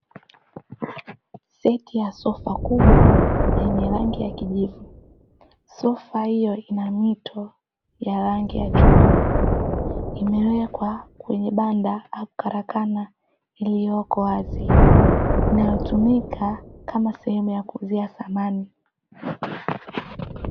Seti ya sofa kubwa yenye rangi ya kijivu, sofa hiyo ina mito ya rangi ya chungwa imewekwa kwenye banda au karakana iliyoko wazi inayotumika kama sehemu ya kuzuia samani.